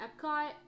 Epcot